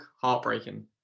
heartbreaking